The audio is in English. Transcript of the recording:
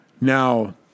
Now